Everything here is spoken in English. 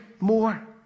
more